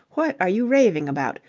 what are you raving about?